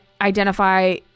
identify